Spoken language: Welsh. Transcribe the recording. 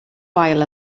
wael